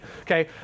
Okay